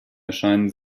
erscheinen